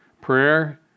Prayer